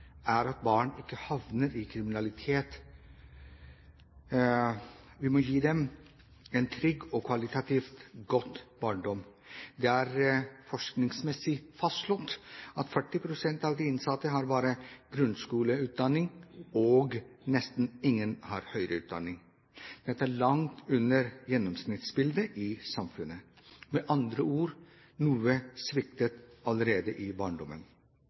for at barn ikke havner i kriminalitet, er å gi dem en trygg og kvalitativt god barndom. Det er forskningsmessig fastslått at 40 pst. av de innsatte bare har grunnskoleutdanning, nesten ingen har høyere utdanning. Dette er langt under gjennomsnittsbildet i samfunnet – med andre ord, noe sviktet allerede i barndommen.